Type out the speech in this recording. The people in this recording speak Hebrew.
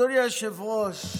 אדוני היושב-ראש,